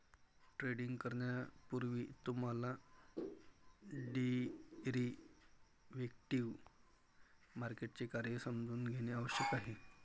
trading करण्यापूर्वी तुम्हाला derivative मार्केटचे कार्य समजून घेणे आवश्यक आहे